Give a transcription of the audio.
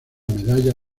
medalla